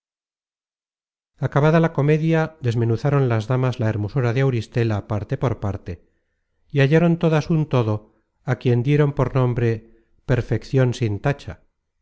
acabada la comedia desmenuzaron las damas la hermosura de auristela parte por parte y hallaron todas un todo á quien dieron por nombre perfeccion sin tacha